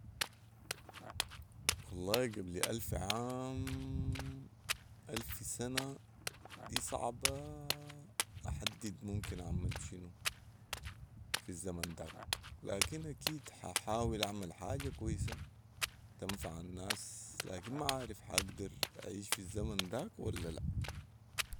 والله قبل الف عام ا، لف سنه دي صعبا احدد ممكن اعمل شنو في الزمن داك لكن اكيد حاحاول اعمل حاجه كويسه تنفع الناس لكن ماعارف حاقدر اعيش في الزمن داك ولا لا